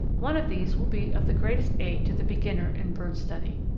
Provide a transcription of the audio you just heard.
one of these will be of the greatest aid to the beginner in bird study.